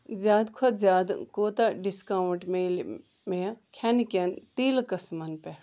زِیٛادٕ کھۄتہٕ زِیٛادٕ کوٗتاہ ڈِسکاوُنٛٹ میلہِ مےٚ کھٮ۪نہٕ کٮ۪ن تیٖلہٕ قٕسٕمن پٮ۪ٹھ